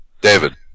david